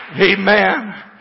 Amen